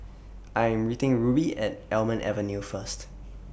I'm meeting Rubye At Almond Avenue First